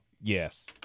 Yes